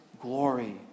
glory